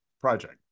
project